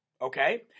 Okay